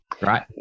right